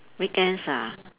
weekends ah